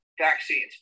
vaccines